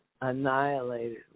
annihilated